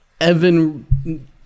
evan